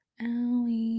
Allie